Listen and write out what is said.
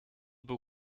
był